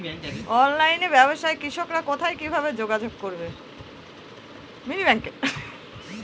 অনলাইনে ব্যবসায় কৃষকরা কোথায় কিভাবে যোগাযোগ করবে?